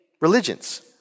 religions